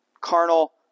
Carnal